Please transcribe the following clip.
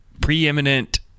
preeminent